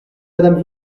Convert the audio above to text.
madame